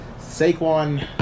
saquon